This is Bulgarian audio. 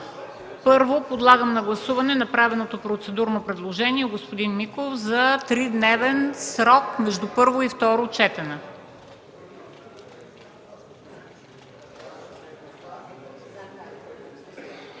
Първо, подлагам на гласуване направеното процедурно предложение от господин Миков за тридневен срок между първо и второ четене.